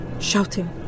shouting